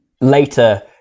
later